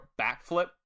backflip